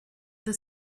that